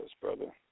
brother